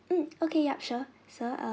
um okay yup sure sir err